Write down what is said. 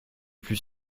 plus